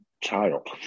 child